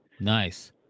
Nice